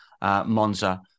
Monza